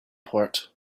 port